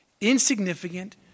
insignificant